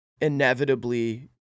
inevitably